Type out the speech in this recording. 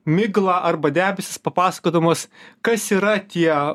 miglą arba debesis papasakodamas kas yra tie